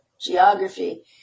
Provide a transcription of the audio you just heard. geography